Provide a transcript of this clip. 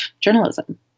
journalism